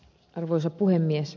arvoisa puhemies